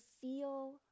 feel